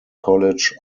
college